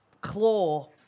claw